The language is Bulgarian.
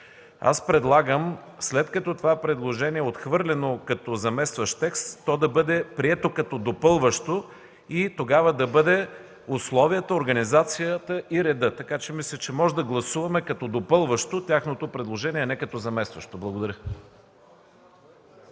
Предлагам, след като това предложение е отхвърлено като заместващ текст, то да бъде прието като допълващо и тогава да бъде: „условията, организацията и редът”. Мисля, че можем да гласуваме като допълващо тяхното предложение, а не като заместващо. Благодаря.